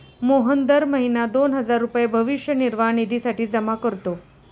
मोहन दर महीना दोन हजार रुपये भविष्य निर्वाह निधीसाठी जमा करतो